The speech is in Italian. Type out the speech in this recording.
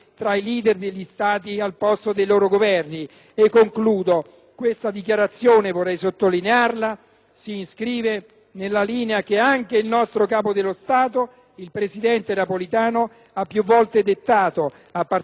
si inscrive nella linea che anche il nostro capo dello Stato, il presidente Napolitano, ha più volte dettato, a partire dalla crisi georgiana, quando, in un comunicato ufficiale dalla Finlandia, ha ribadito